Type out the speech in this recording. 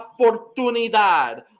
oportunidad